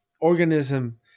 organism